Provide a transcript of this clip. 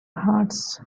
hearts